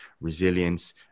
resilience